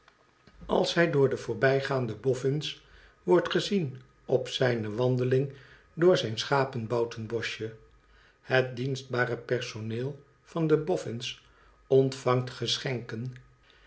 als hij door de voorbijgaande bofüns wordt gezien op zijne wandeling door zijn schapebouten boschje het dienstbare personeel van de bofüns ontvangt geschenken